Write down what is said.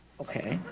okay.